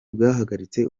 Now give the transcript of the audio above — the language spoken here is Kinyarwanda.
bwahagaritse